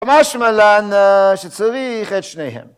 משמע לן שצריך את שניהם